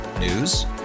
News